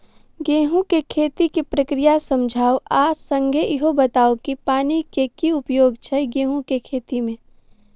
गेंहूँ केँ खेती केँ प्रक्रिया समझाउ आ संगे ईहो बताउ की पानि केँ की उपयोग छै गेंहूँ केँ खेती में?